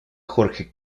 jorge